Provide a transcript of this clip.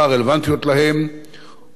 אותן לשכות כבר עודכנו.